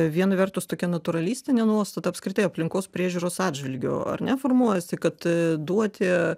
viena vertus tokia natūralistinė nuostata apskritai aplinkos priežiūros atžvilgiu ar ne formuojasi kad duoti